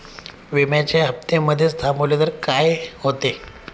विम्याचे हफ्ते मधेच थांबवले तर काय होते?